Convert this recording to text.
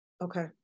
okay